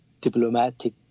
diplomatic